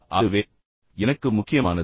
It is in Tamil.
அதுவே எனக்கு முக்கியமானது